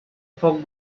fog